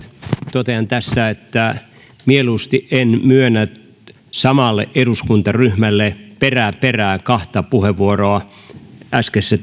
totean tässä että mieluusti en myönnä samalle eduskuntaryhmälle perä perää kahta vastauspuheenvuoroa vaikka äskeisessä